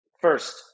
first